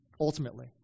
ultimately